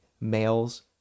males